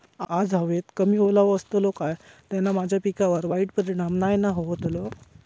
आज हवेत कमी ओलावो असतलो काय त्याना माझ्या पिकावर वाईट परिणाम नाय ना व्हतलो?